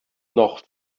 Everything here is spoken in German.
noch